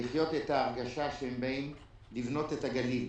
הצלחנו לחיות את ההרגשה שהם באים לבנות את הגליל.